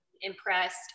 impressed